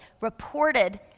reported